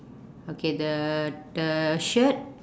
okay the the shirt